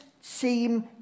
seem